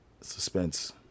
Suspense